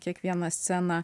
kiekvieną sceną